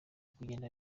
kugenda